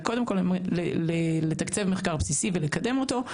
קודם כל לתקצב מחקר בסיסי ולקדם אותו,